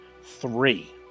Three